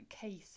case